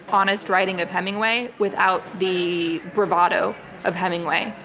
honest writing of hemingway without the bravado of hemingway.